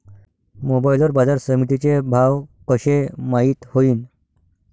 Mobile वर बाजारसमिती चे भाव कशे माईत होईन?